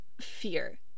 fear